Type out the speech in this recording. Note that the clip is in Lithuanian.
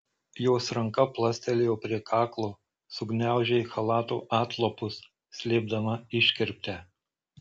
jos ranka plastelėjo prie kaklo sugniaužė chalato atlapus slėpdama iškirptę